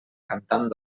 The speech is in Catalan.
cantant